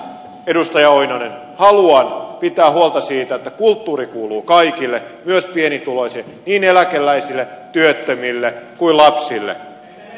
ja minä edustaja oinonen haluan pitää huolta siitä että kulttuuri kuuluu kaikille myös pienituloisille niin eläkeläisille työttömille kuin lapsille